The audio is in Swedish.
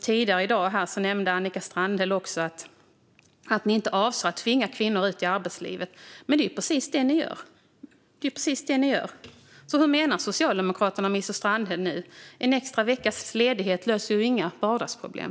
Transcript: Tidigare i dag sa Annika Strandhäll också att ni inte avser att tvinga kvinnor ut i arbetslivet. Men det är ju precis det ni gör! Vad menar Socialdemokraterna och minister Strandhäll? En veckas extra ledighet löser ju inga vardagsproblem.